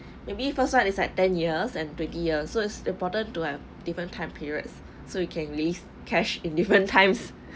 maybe first one is like ten years and twenty years so it's important to have different time periods so you can leave cash in different times